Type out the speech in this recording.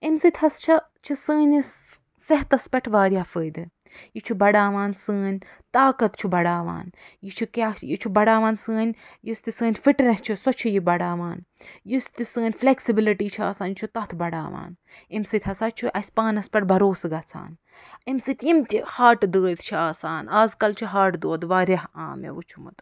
اَمہِ سۭتۍ ہسا چھُ چھُ سٲنِس صحتس پٮ۪ٹھ واریاہ فٲیدٕ یہِ چھُ بڑھاوان سٲنۍ طاقت چھُ بڑھاوان یہِ چھُ کیٚاہ چھُ بڑھاوان سٲنۍ یُس تہٕ سٲنۍ فِٹنیٚس چھِ سۄ چھِ یہِ بڑھاوان یُس تہِ سٲنۍ فٕلیٚکسِبٕلٹۍ چھِ آسان یہِ چھُ تتھ بڑھاوان اَمہِ سۭتۍ ہسا چھُ اسہِ پانس پٮ۪ٹھ بھروسہٕ گژھان امہِ سۭتۍ یِم تہِ ہارٹہٕ دٲد چھِ آسان آز کل چھُ ہارٹہٕ دود واریاہ عام مےٚ وُچھمُت